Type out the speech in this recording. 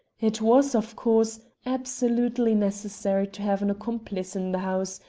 it was, of course, absolutely necessary to have an accomplice in the house,